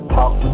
Talk